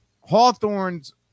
Hawthorne's